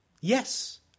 Yes